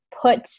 put